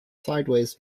sideways